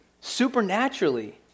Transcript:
supernaturally